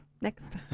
Next